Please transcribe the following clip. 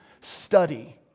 Study